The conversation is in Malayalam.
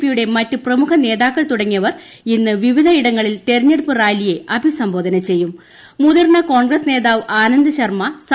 പിയുടെ മറ്റ് പ്രമുഖ നേതാക്കൾ തുടങ്ങിയർ ഇന്ന് വിവിധയിടങ്ങളിൽ തെരഞ്ഞെടുപ്പ് റാലിയെ അഭിസംബോധന മുതിർന്ന കോൺഗ്രസ് നേതാവ് ആനന്ദ് ശർമ്മ ചെയ്യും